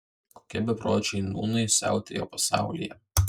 kokie bepročiai nūnai siautėja pasaulyje